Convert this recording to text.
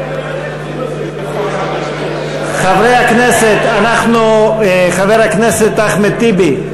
חבר הכנסת אחמד טיבי,